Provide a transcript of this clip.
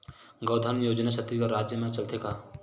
गौधन योजना छत्तीसगढ़ राज्य मा चलथे का?